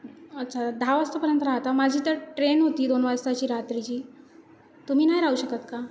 अच्छा दहा वाजतापर्यंत राहता माझी तर ट्रेन होती दोन वाजताची रात्रीची तुम्ही नाही राहू शकत का